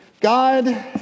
God